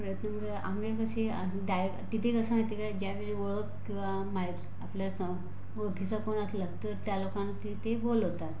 प्रथम म्हणजे आम्ही कशी तिथे कसं माहिती का ज्यावेळी ओळख किंवा माहिती आपल्या सं ओळखीचं कोण असलं तर त्या लोकांना तिथे बोलावतात